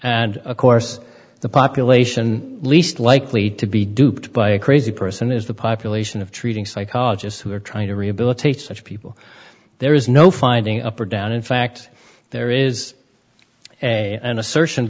and of course the population least likely to be duped by a crazy person is the population of treating psychologists who are trying to rehabilitate such people there is no finding up or down in fact there is a an asse